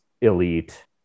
elite